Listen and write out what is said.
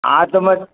हा त मां